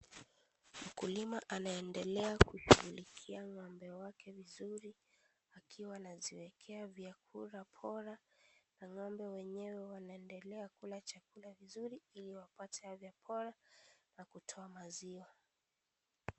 Mkulima anaendelea kushugulikia ng'ombe wake vizuri akiwa anaziwekea vyakula bora na ng'ombe wenyewe wanaendela kula chakula vizuri ili wapate afya bora na kutoa maziwa.